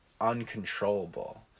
uncontrollable